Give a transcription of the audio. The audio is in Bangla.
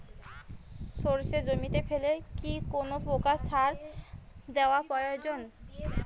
সর্ষে জমিতে ফেলে কি কোন প্রকার সার দেওয়া প্রয়োজন?